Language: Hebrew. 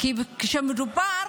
כי כשמדובר